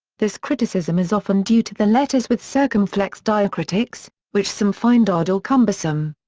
this criticism is often due to the letters with circumflex diacritics, which some find odd or cumbersome.